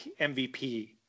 MVP